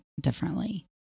differently